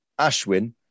Ashwin